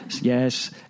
yes